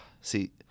See